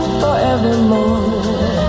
forevermore